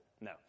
No